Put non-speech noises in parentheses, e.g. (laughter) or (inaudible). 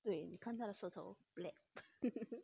对你看它的舌头 black (laughs)